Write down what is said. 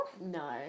No